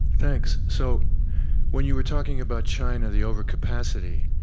thanks. so when you were talking about china, the overcapacity,